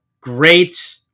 great